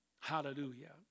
Hallelujah